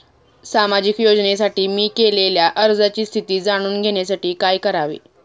सामाजिक योजनेसाठी मी केलेल्या अर्जाची स्थिती जाणून घेण्यासाठी काय करावे?